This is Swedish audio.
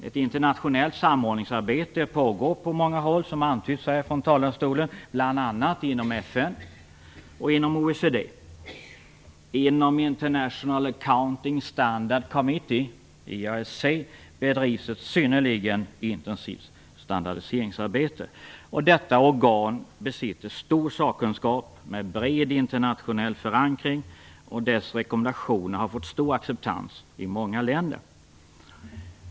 Ett internationellt samordningsarbete pågår på många håll, som antytts från talarstolen, bl.a. inom FN och OECD. Inom International Accounting Standards Committee, IASC, bedrivs ett synnerligen intensivt standardiseringsarbete. Detta organ besitter en stor sakkunskap, med bred internationell förankring, och dess rekommendationer har fått stor acceptans i många länder.